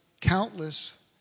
countless